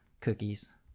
cookies